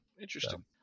interesting